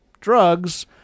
drugs